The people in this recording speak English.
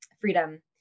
freedom